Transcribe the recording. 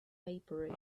maybury